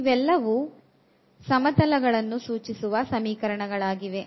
ಇವೆಲ್ಲವೂ ಸಮತಲವನ್ನು ಸೂಚಿಸುವ ಸಮೀಕರಣಗಳಾಗಿವೆ